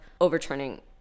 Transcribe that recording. overturning